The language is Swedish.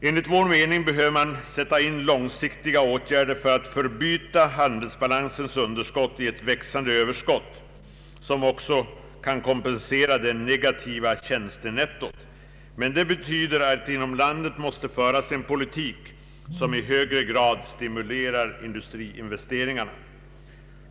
Enligt vår mening behöver man sätta in långsiktiga åtgärder för att förbyta handelsbalansens underskott i ett växande överskott, som också kan kompensera det negativa tjänstenettot. Men det kräver att i detta land måste föras en politik som i högre grad stimulerar industriinvesteringarna.